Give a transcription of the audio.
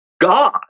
God